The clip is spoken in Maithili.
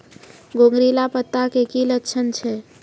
घुंगरीला पत्ता के की लक्छण छै?